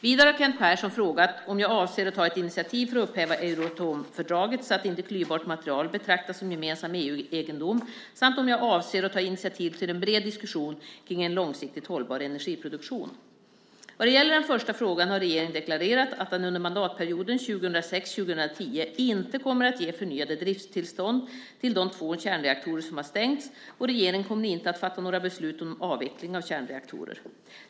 Vidare har Kent Persson frågat om jag avser att ta ett initiativ för att upphäva Euratomfördraget så att inte klyvbart material betraktas som gemensam EU-egendom samt om jag avser att ta initiativ till en bred diskussion kring en långsiktigt hållbar energiproduktion. Vad gäller den första frågan har regeringen deklarerat att den under mandatperioden 2006-2010 inte kommer att ge förnyade drifttillstånd till de två kärnreaktorer som har stängts, och regeringen kommer inte att fatta några beslut om avveckling av kärnreaktorer.